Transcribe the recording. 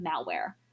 malware